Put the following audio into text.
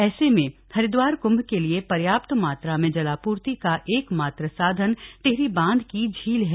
ऐसे में हरिदवार कृंभ के लिए पर्याप्त मात्रा में जलापूर्ति का एकमात्र साधन टिहरी बांध की झील है